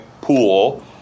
pool